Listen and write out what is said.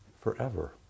forever